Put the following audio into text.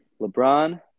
LeBron